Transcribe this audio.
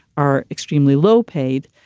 are extremely low paid.